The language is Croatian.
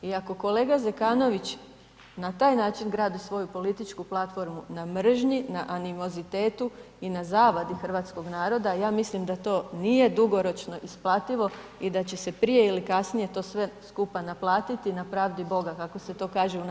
I ako kolega Zekanović na tak način gradi svoju političku platformu, na mržnji, na animozitetu i na zavadi hrvatskog naroda, ja mislim da to nije dugoročno isplativo i da će se prije ili kasnije to sve skupa naplatiti na pravdi boga, kako se to kaže u našem narodu.